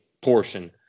portion